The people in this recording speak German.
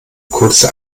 kurze